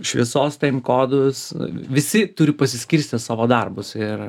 šviesos ten kodus visi turi pasiskirstę savo darbus ir